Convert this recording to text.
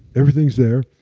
everything's there.